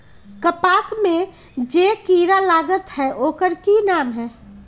कपास में जे किरा लागत है ओकर कि नाम है?